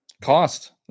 Cost